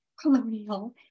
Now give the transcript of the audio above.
colonial